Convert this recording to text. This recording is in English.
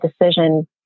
decision